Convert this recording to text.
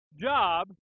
job